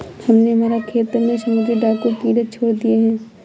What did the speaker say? हमने हमारे खेत में समुद्री डाकू कीड़े छोड़ दिए हैं